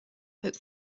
hope